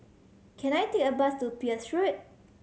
can I take a bus to Peirce Road